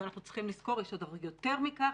אבל אנחנו צריכים לזכור שיש הרבה יותר מכך